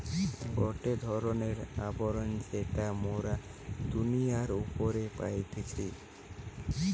গটে ধরণের আবরণ যেটা মোরা দুনিয়ার উপরে পাইতেছি